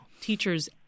Teachers